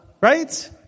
right